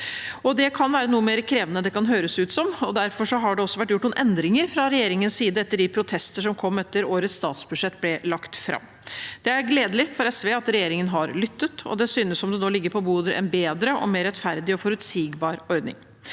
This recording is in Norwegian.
Det kan være noe mer krevende enn det kan høres ut som. Derfor har det også vært gjort noen endringer fra regjeringens side etter de protester som kom etter at årets statsbudsjett ble lagt fram. Det er gledelig for SV at regjeringen har lyttet. Det synes som om det nå ligger på bordet en bedre og mer rettferdig og forutsigbar ordning,